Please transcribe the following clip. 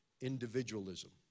individualism